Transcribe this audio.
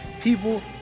People